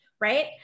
right